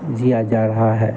दिया जा रहा है